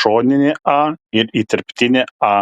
šoninė a ir įterptinė a